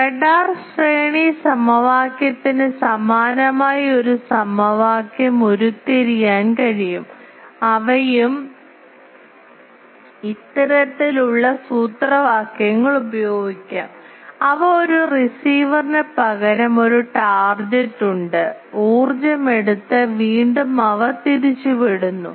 radar ശ്രേണി സമവാക്യത്തിന് സമാനമായ ഒരു സമവാക്യം ഉരുത്തിരിയാൻ കഴിയും അവയും ഇത്തരത്തിലുള്ള സൂത്രവാക്യങ്ങൾ ഉപയോഗിക്കാം അവ ഒരു റിസീവറിന് പകരം ഒരു ടാർഗെറ്റ് ഉണ്ട് ഊർജ്ജം എടുത്ത് വീണ്ടും അവ തിരിച്ചുവിടുന്നു